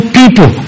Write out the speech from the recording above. people